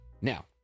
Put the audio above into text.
Now